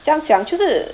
这样讲就是